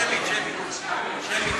שמית, שמית.